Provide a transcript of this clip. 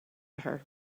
her